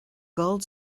gold